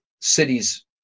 cities